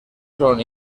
son